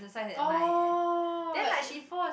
oh like